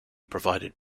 provided